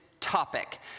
topic